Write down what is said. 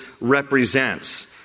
represents